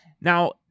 Now